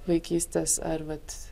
vaikystės ar vat